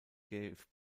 gave